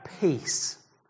peace